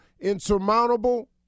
insurmountable